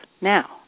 now